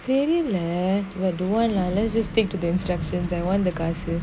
crazy leh don't want lah let's just stick to the instructions I want the cards still